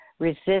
Resist